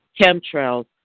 chemtrails